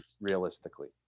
realistically